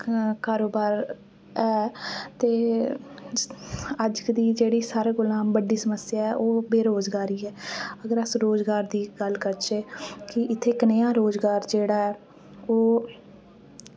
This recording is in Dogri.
क कारोबार ऐ ते अज दी जेह्ड़ी सारें कोला बड्डी समस्य ऐ ओह् बेरोजगारी ऐ अगर अस रोजगार दी गल्ल करचे कि इत्थे कनेहा रोजगार जेह्ड़ा ऐ ओह्